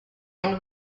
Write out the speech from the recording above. and